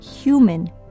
human